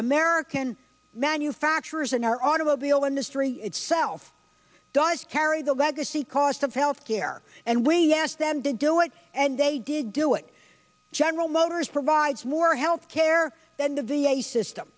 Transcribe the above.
american manufacturers and our automobile industry itself does carry the legacy costs of health care and we asked them to do it and they did do it general motors provides more health care than the v a system